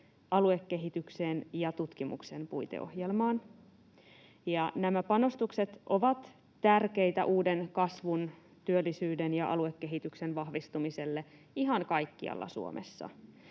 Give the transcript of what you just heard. aluekehitykseen ja tutkimuksen puiteohjelmaan. Nämä panostukset ovat tärkeitä uuden kasvun, työllisyyden ja aluekehityksen vahvistumiselle ihan kaikkialla Suomessa.